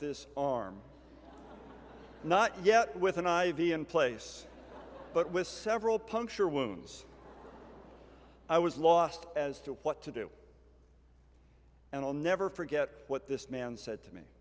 this arm not yet with an i v in place but with several puncture wounds i was lost as to what to do and i'll never forget what this man said to me